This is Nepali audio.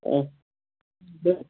अँ त्यो